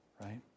right